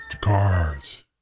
cars